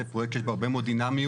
פרויקט שיש בו הרבה מאוד דינמיות.